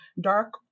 dark